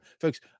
Folks